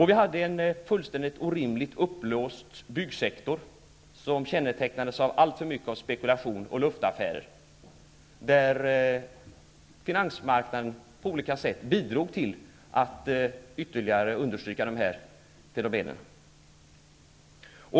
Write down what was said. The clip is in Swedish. Vi hade en fullständigt, orimligt uppblåst byggsektor, som kännetecknades av alltför mycket av spekulation och luftaffärer, och finansmarknaden bidrog på olika sätt till att ytterligare understryka dessa fenomen.